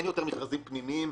אין יותר מכרזים פנימיים,